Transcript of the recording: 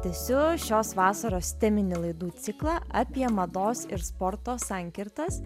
tęsiu šios vasaros teminį laidų ciklą apie mados ir sporto sankirtas